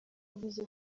yavuze